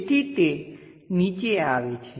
તેથી તે નીચે આવે છે